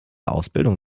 ausbildung